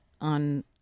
on